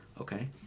Okay